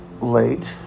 late